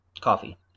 Coffee